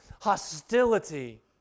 hostility